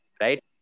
right